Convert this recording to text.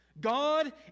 God